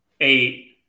eight